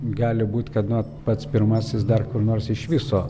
gali būti kad nu vat pats pirmasis dar kur nors iš viso